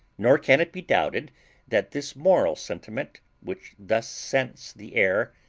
nor can it be doubted that this moral sentiment which thus scents the air,